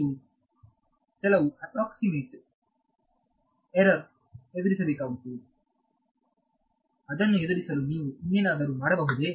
ನೀವು ಕೆಲವು approximate error ಎದುರಿಸಬೇಕಾಗುತ್ತದೆ ಅದನ್ನು ಎದುರಿಸಲು ನೀವು ಇನ್ನೇನಾದರೂ ಮಾಡಬಹುದೇ